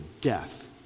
death